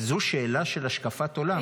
זו שאלה של השקפת עולם.